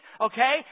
okay